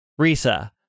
Risa